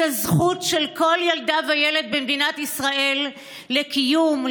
הזכות של כל ילדה וילד במדינת ישראל לקיום,